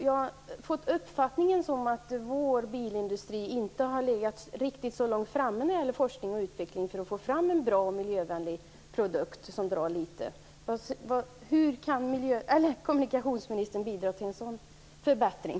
Jag har uppfattat det så att vår bilindustri när det gäller forskning och utveckling inte riktigt legat så långt framme att det går att få fram en bra och miljövänlig produkt som drar litet bränsle. Hur kan kommunikationsministern bidra till en sådan förbättring?